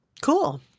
Cool